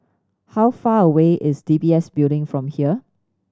how far away is D B S Building from here